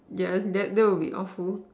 yeah that that would be awful